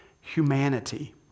humanity